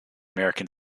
american